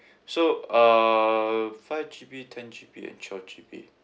so uh five G_B ten G_B and twelve G_B